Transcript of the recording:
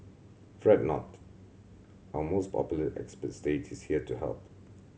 fret not our most popular expert stage is here to help